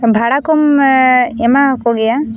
ᱵᱷᱟᱲᱟ ᱠᱚᱢ ᱮᱢᱟᱣ ᱟᱠᱚ ᱜᱮᱭᱟ